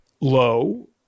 low